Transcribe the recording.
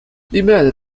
لماذا